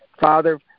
Father